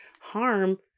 harm